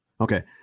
Okay